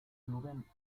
clube